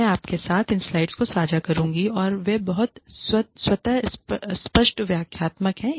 मैं आपके साथ इन स्लाइड्स को साझा करुंगा और वे बहुत स्वतः स्पष्ट व्याख्यात्मक हैं